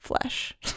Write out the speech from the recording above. flesh